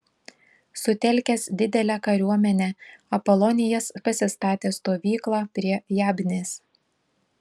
sutelkęs didelę kariuomenę apolonijas pasistatė stovyklą prie jabnės